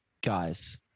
guys